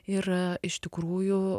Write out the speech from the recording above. ir iš tikrųjų